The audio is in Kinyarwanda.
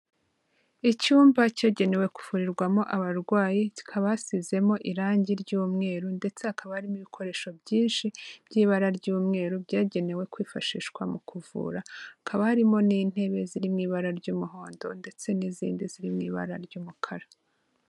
Icyumba cyagenewe kuvurirwamo abarwayi, kikaha hasizemo irangi ry'umweru ndetse hakaba harimo ibikoresho byinshi by'ibara ry'umweru byagenewe kwifashishwa mu kuvura, hakaba harimo n'intebe ziri mu ibara ry'umuhondo ndetse n'izindi ziri mu ibara ry'umukara.